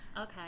okay